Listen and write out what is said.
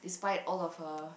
inspired all of her